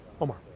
Omar